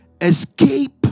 escape